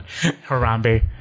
Harambe